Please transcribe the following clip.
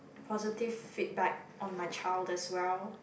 positive feedback on my child as well